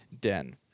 den